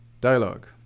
Dialogue